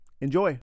Enjoy